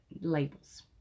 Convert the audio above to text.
labels